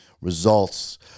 results